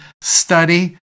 study